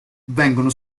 vengono